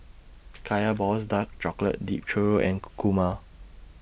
Kaya Balls Dark Chocolate Dipped Churro and Kurma